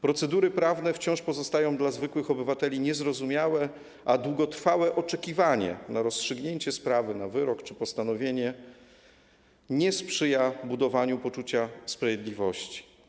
Procedury prawne wciąż pozostają dla zwykłych obywateli niezrozumiałe, a długotrwałe oczekiwanie na rozstrzygnięcie sprawy, na wyrok czy postanowienie nie sprzyja budowaniu poczucia sprawiedliwości.